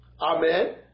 Amen